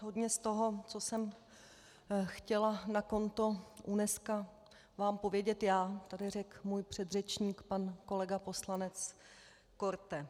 Hodně z toho, co jsem chtěla na konto UNESCO vám povědět já, tady řekl můj předřečník pan kolega poslanec Korte.